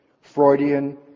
Freudian